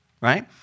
right